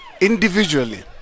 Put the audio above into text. individually